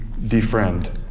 defriend